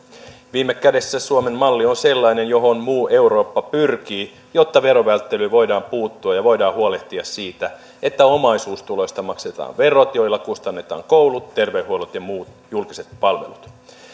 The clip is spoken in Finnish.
viime kädessä suomen malli on sellainen johon muu eurooppa pyrkii jotta verovälttelyyn voidaan puuttua ja voidaan huolehtia siitä että omaisuustuloista maksetaan verot joilla kustannetaan koulut terveydenhuollot ja muut julkiset palvelut